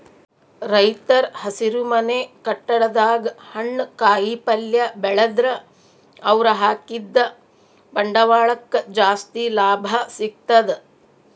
ರೈತರ್ ಹಸಿರುಮನೆ ಕಟ್ಟಡದಾಗ್ ಹಣ್ಣ್ ಕಾಯಿಪಲ್ಯ ಬೆಳದ್ರ್ ಅವ್ರ ಹಾಕಿದ್ದ ಬಂಡವಾಳಕ್ಕ್ ಜಾಸ್ತಿ ಲಾಭ ಸಿಗ್ತದ್